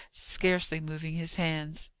scarcely moving his hands.